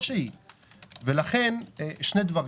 לכן שני דברים: